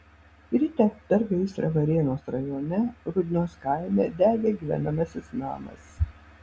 ryte per gaisrą varėnos rajone rudnios kaime degė gyvenamasis namas